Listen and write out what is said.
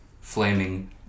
flaming